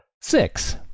Six